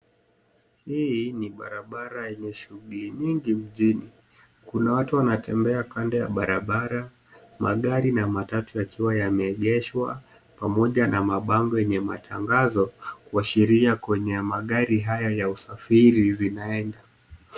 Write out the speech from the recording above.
Hii ni barabara yenye shughuli nyingi mjini. Kuna watu wanatembea kando ya barabara, magari na matatu yakiwa yameegeshwa pamoja na mabango yenye matangazo kuashiria kwenye magari haya ya usafiri zinaenda.